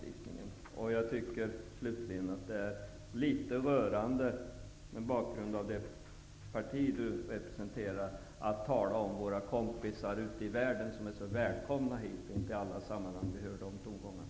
Slutligen vill jag säga att jag tycker att det är litet rörande, mot bakgrund av vilket parti Richard Ulfvengren representar, att tala om ''våra kompisar ute i världen'' som är så välkomna hit. Det är inte i alla sammanhang vi hör de tongångarna.